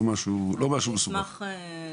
אין לי